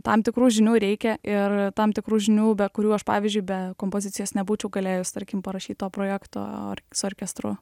tam tikrų žinių reikia ir tam tikrų žinių be kurių aš pavyzdžiui be kompozicijos nebūčiau galėjus tarkim parašyt to projekto ar su orkestru